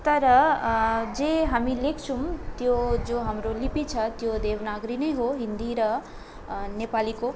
तर जे हामी लेख्छौँ त्यो जो हाम्रो लिपि छ त्यो देवनागरी नै हो हिन्दी र नेपालीको